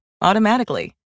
automatically